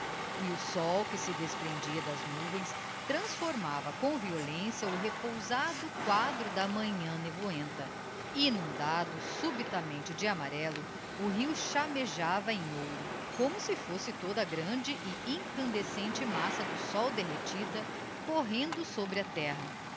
e o sol que se desprendia das nuvens transformava com violência o repousado quadro da manhã nevoenta inundado subitamente de amarello o rio chammejava em ouro como si fosse toda a grande e incandescente massa do sol derretida correndo sobre a terra